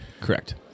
Correct